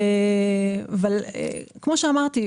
כמו שאמרתי,